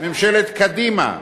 ממשלת קדימה,